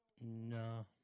No